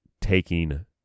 taking